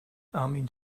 armin